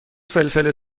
فلفل